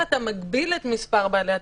כאן אתה מגביל את מספר בעלי התפקיד,